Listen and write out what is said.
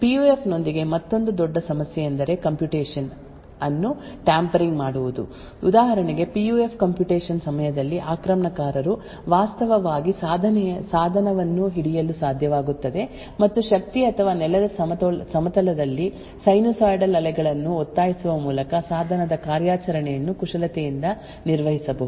PUF ನೊಂದಿಗೆ ಮತ್ತೊಂದು ದೊಡ್ಡ ಸಮಸ್ಯೆ ಎಂದರೆ ಕಂಪ್ಯೂಟೇಶನ್ ಅನ್ನು ಟ್ಯಾಂಪರಿಂಗ್ ಮಾಡುವುದು ಉದಾಹರಣೆಗೆ ಪಿಯುಎಫ್ ಕಂಪ್ಯೂಟೇಶನ್ ಸಮಯದಲ್ಲಿ ಆಕ್ರಮಣಕಾರರು ವಾಸ್ತವವಾಗಿ ಸಾಧನವನ್ನು ಹಿಡಿಯಲು ಸಾಧ್ಯವಾಗುತ್ತದೆ ಮತ್ತು ಶಕ್ತಿ ಅಥವಾ ನೆಲದ ಸಮತಲದಲ್ಲಿ ಸೈನುಸೈಡಲ್ ಅಲೆಗಳನ್ನು ಒತ್ತಾಯಿಸುವ ಮೂಲಕ ಸಾಧನದ ಕಾರ್ಯಾಚರಣೆಯನ್ನು ಕುಶಲತೆಯಿಂದ ನಿರ್ವಹಿಸಬಹುದು